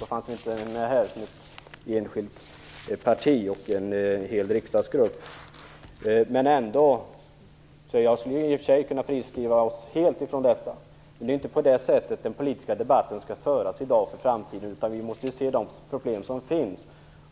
Då fanns vi inte här som enskilt parti och i form av en riksdagsgrupp. Jag skulle alltså kunna friskriva oss helt från detta, men det är inte så den politiska debatten inför framtiden skall föras i dag, utan vi måste se till dagens problem